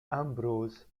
ambrose